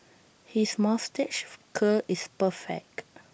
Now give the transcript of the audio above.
his moustache curl is perfect